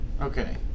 Okay